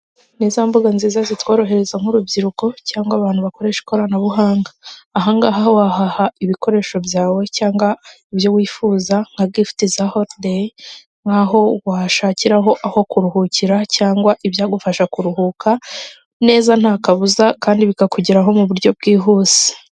Ni za mbuga nziza zitworohereza nk'urubyiruko cyangwa abantu bakoresha ikoranabuhanga, ahangaha wahaha ibikoresho byawe cyangwa ibyo wifuza nka gifuti za holudeyi nk'aho washakiraho aho kuruhukira cyangwa ibyagufasha kuruhuka neza nta kabuza kandi bikakugeraho mu buryo bwihuse.